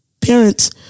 parents